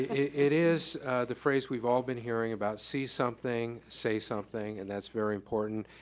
it is the phrase we've all been hearing about, see something, say something. and that's very important,